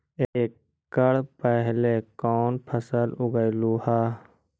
एकड़ पहले कौन फसल उगएलू हा?